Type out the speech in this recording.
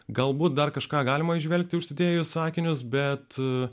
galbūt dar kažką galima įžvelgti užsidėjus akinius bet